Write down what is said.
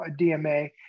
DMA